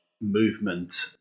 movement